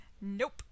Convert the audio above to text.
Nope